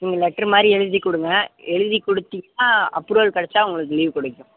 நீங்கள் லெட்ரு மாதிரி எழுதி கொடுங்க எழுதி கொடுத்தீங்னா அப்ரூவல் கிடைச்சா உங்களுக்கு லீவு கிடைக்கும்